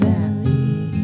Valley